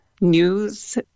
news